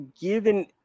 given